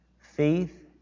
Faith